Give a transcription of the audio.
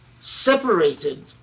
separated